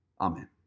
Amen